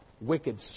Wicked